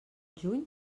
juny